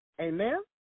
Amen